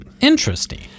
interesting